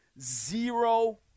zero